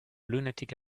lunatic